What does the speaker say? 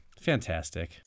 fantastic